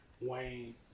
Wayne